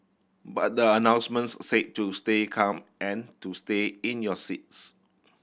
but the announcements say to stay calm and to stay in your seats